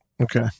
Okay